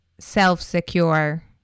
self-secure